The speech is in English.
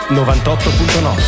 98.9